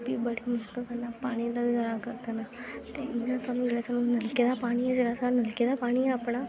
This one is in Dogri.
ओह् बी बड़ी मुश्कल कन्नै पानी दा गुजारा करदे न ते इ'यां सानूं जेह्ड़ा सानूं नलके दा पानी ऐ जेह्ड़ा सानूं नलके दा पानी ऐ अपना